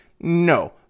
No